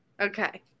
Okay